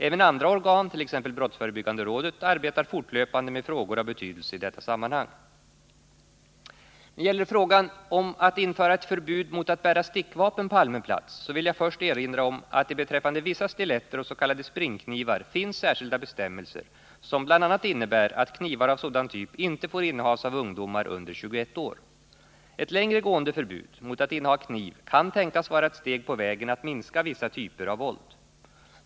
Även andra organ, t.ex. BRÅ, arbetar fortlöpande med frågor av betydelse i detta sammanhang. När det gäller frågan om att införa ett förbud mot att bära stickvapen på allmän plats vill jag först erinra om att det beträffande vissa stiletter och s.k. springknivar finns särskilda bestämmelser som bl.a. innebär att knivar av sådan typinte får innehas av ungdomar under 21 år. Ett längre gående förbud mot att inneha kniv kan tänkas vara ett steg på vägen att minska vissa typer av våld.